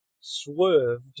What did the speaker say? swerved